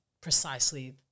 precisely